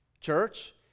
church